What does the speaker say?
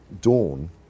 dawn